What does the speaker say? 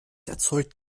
erzeugt